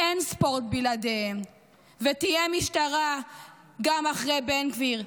אין ספורט בלעדיהם, ותהיה משטרה גם אחרי בן גביר.